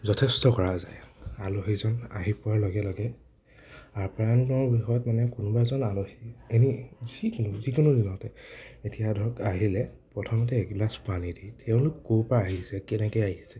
যথেষ্ট কৰা যায় আলহীজন আহি পোৱাৰ লগে লগে আপ্যায়ন কৰাৰ বিষয়ত মানে কোনোবা এজন আলহীক এনি যিকোনো যিকোনো বিভাগতে এতিয়া ধৰক আহিলে প্ৰথমতে এগিলাচ পানী দি তেওঁলোক ক'ৰপা আহিছে কেনেকে আহিছে